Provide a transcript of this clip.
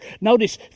Notice